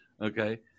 okay